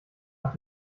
nach